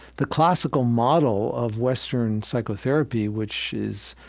the classical model of western psychotherapy which is,